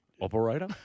operator